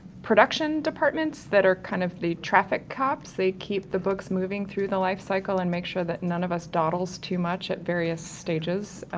production departments that are kind of the traffic cops they keep the books moving through the lifecycle and make sure that none of us dawdles too much at various stages.